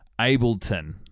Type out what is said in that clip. Ableton